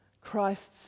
Christ's